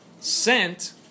Sent